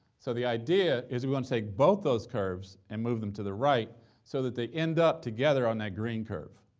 so the idea is, we want to take both those curves and move them to the right so that they end up together on that green curve,